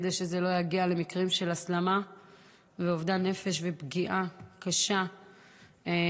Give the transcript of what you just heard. כדי שזה לא יגיע למקרים של הסלמה ואובדן נפש ופגיעה קשה עצמית,